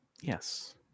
Yes